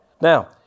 Now